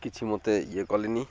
କିଛି ମୋତେ ଇଏ କଲେନି